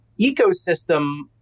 ecosystem